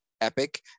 epic